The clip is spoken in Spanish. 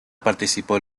participó